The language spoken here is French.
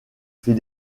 fit